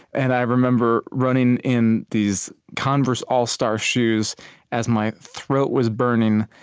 and i remember running in these converse all star shoes as my throat was burning,